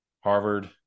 Harvard